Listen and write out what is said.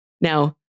Now